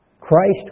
Christ